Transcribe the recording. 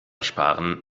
sparen